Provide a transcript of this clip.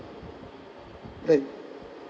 like